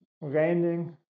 raining